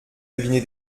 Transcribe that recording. deviné